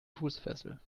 fußfessel